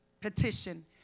petition